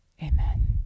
Amen